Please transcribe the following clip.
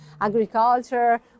agriculture